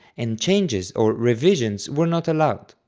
and changes or revisions were not allowed.